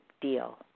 deal